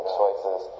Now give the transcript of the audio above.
choices